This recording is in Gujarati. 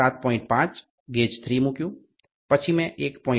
5 ગેજ 3 મૂક્યું પછી મેં 1